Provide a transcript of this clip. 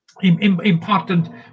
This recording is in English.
important